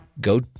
go